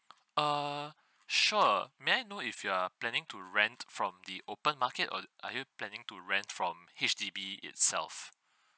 err sure may I know if you are planning to rent from the open market or are you planning to rent from H_D_B itself